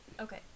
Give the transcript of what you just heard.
Okay